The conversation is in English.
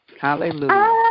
Hallelujah